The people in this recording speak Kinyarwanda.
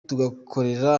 tugakorera